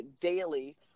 daily